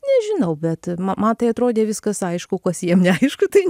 nežinau bet ma man tai atrodė viskas aišku kas jiem neaišku tai